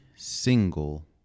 single